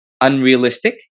Unrealistic